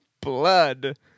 Blood